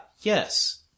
yes